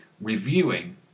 reviewing